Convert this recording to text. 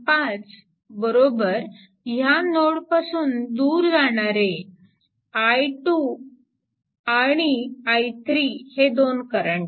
5 या नोड पासून दूर जाणारे i2 आणि I3 हे दोन करंट